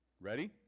Ready